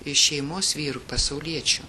iš šeimos vyrų pasauliečių